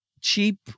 cheap